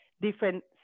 different